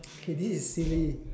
K this is silly